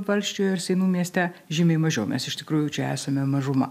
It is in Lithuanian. valsčiuje ir seinų mieste žymiai mažiau mes iš tikrųjų čia esame mažuma